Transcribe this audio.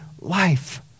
life